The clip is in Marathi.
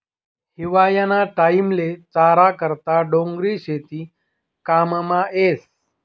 हिवायाना टाईमले चारा करता डोंगरी शेती काममा येस